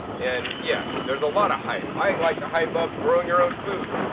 and yes, there's a lot of hype. i like to hype up growing your own food.